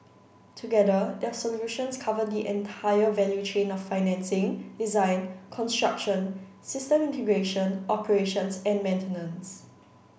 together their solutions cover the entire value chain of financing design construction system integration operations and maintenance